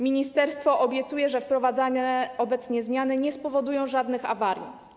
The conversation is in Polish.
Ministerstwo obiecuje, że wprowadzane obecnie zmiany nie spowodują żadnych awarii.